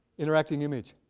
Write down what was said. interacting image,